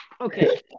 Okay